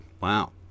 Wow